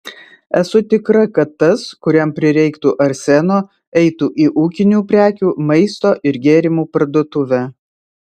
esu tikra kad tas kuriam prireiktų arseno eitų į ūkinių prekių maisto ir gėrimų parduotuvę